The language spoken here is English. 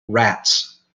rats